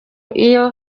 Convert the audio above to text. iyo